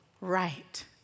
right